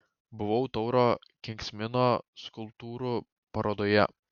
buvau tauro kensmino skulptūrų parodoje